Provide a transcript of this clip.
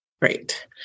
Great